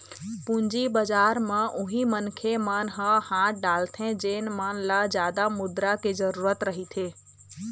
पूंजी बजार म उही मनखे मन ह हाथ डालथे जेन मन ल जादा मुद्रा के जरुरत रहिथे